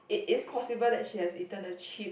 it is possible that she has eaten the chip